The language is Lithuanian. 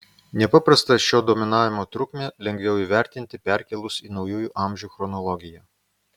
nepaprastą šio dominavimo trukmę lengviau įvertinti perkėlus į naujųjų amžių chronologiją